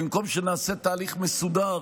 במקום שנעשה תהליך מסודר